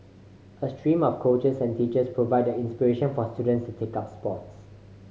a stream of coaches and teachers provide the inspiration for students to take up sports